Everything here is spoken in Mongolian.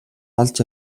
олж